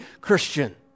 Christian